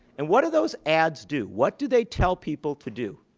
and what do those ads do? what do they tell people to do?